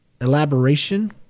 elaboration